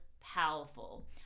powerful